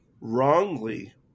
wrongly